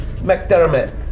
McDermott